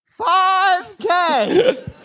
5K